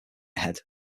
ahead